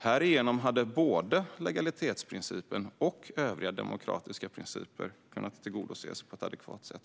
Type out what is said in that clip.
Härigenom hade både legalitetsprincipen och övriga demokratiska principer kunnat tillgodoses på ett adekvat sätt.